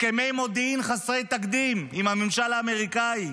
הסכמי מודיעין חסרי תקדים עם הממשל האמריקאי.